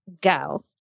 go